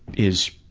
is